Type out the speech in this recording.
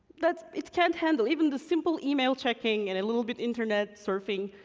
that's, it can't handle. even the simple email-checking and a little bit internet surfing,